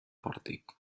pòrtic